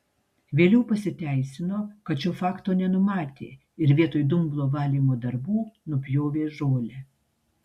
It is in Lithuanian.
vėliau pasiteisino kad šio fakto nenumatė ir vietoj dumblo valymo darbų nupjovė žolę